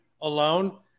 alone